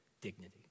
dignity